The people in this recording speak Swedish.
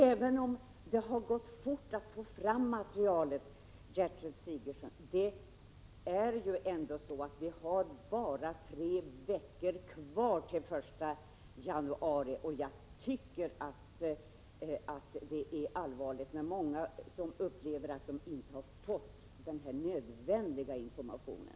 Även om det har gått fort att ta fram materialet, Gertrud Sigurdsen, har vi nu bara tre veckor kvar till den 1 januari. Jag tycker att det är allvarligt att många upplever att de inte fått den nödvändiga informationen.